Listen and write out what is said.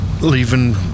leaving